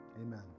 amen